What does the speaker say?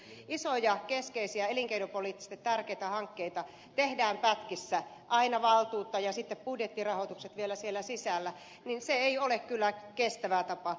saarinen sanoi että kun isoja keskeisiä elinkeinopoliittisesti tärkeitä hankkeita tehdään pätkissä aina valtuutta ja sitten budjettirahoitukset vielä siellä sisällä se ei kyllä ole kestävä tapa